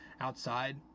outside